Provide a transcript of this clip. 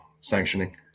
sanctioning